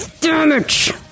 Damage